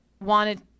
wanted